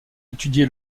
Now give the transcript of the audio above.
étudié